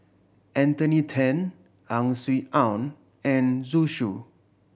Anthony Then Ang Swee Aun and Zhu Xu